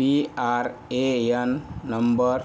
P R A N number